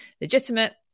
legitimate